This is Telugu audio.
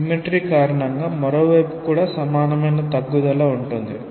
సిమ్మెట్రి కారణంగా మరోవైపు కూడా సమానమైన తగ్గుదల h ఉంటుంది